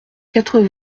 quatre